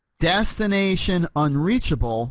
destination unreachable